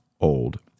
old